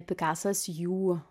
pikasas jų